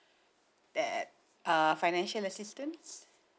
that uh financial assistance